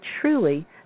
truly